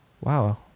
wow